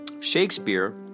Shakespeare